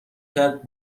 کرد